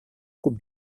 coupes